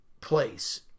place